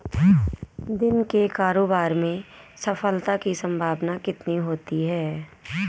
दिन के कारोबार में सफलता की संभावना कितनी होती है?